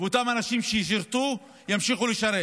ואותם אנשים ששירתו ימשיכו לשרת